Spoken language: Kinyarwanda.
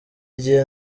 igihe